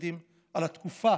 על התקופה,